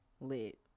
Lit